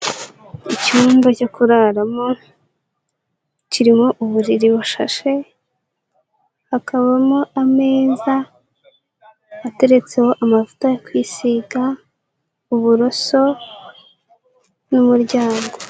Icyumba cyo kuraramo, kirimo uburiri bushashe, hakabamo ameza ateretseho amavuta yo kwisiga, uburoso n'umuryango.